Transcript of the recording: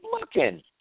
looking